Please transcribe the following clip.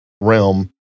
realm